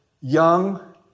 young